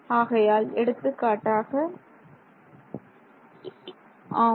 ஆகையால் எடுத்துக்காட்டாக மாணவர் ஆம்